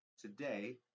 today